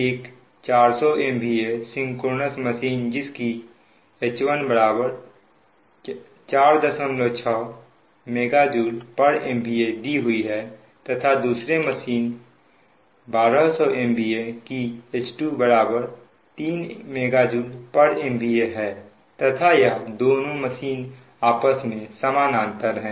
एक 400 MVA synchronous machine जिसकी H1 46 MJMVA दी हुई है तथा दूसरे मशीन 1200 MVA की H2 3 MJMVA है तथा यह दोनों मशीन आपस में समानांतर हैं